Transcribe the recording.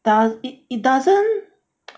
it doesn't